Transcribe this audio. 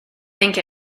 think